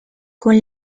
con